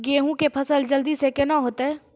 गेहूँ के फसल जल्दी से के ना होते?